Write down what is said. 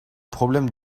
problèmes